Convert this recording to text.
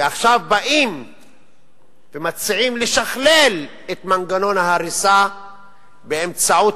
ועכשיו באים ומציעים לשכלל את מנגנון ההריסה באמצעות